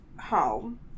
home